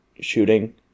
shooting